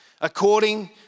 according